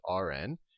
Rn